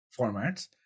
formats